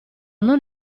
non